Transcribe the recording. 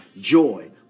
joy